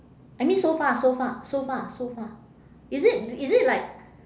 I mean so far so far so far so far is it is it like